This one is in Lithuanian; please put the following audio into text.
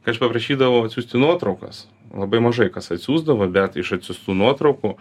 kai aš paprašydavau atsiųsti nuotraukas labai mažai kas atsiųsdavo bet iš atsiųstų nuotraukų